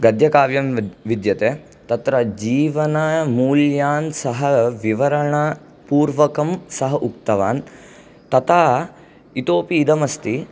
गद्यकाव्यं विद्यते तत्र जीवनमूल्यान् सः विवरणपूर्वकं सः उक्तवान् तथा इतोऽपि इदम् अस्ति